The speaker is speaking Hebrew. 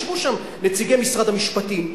ישבו שם נציגי משרד המשפטים,